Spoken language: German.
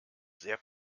sehr